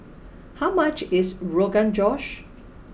how much is Rogan Josh